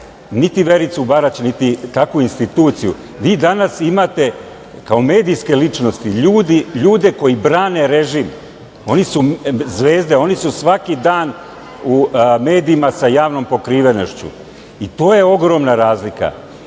niti Vericu Barać, niti takvu instituciju. Vi danas imate kao medijske ličnosti ljude koji brane režim, oni su zvezde, oni su svaki dan u medijima sa javnom pokrivenošću i to je ogromna razlika.